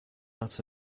out